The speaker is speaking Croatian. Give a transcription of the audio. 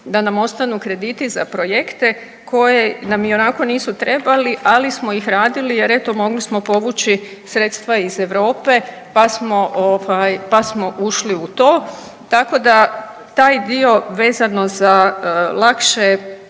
da nam ostanu krediti za projekte koje nam ionako nisu trebali, ali smo ih radili jer eto mogli smo povući sredstva iz Europe pa smo ovaj pa smo ušli u to. Tako da taj dio vezano za lakše